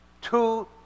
two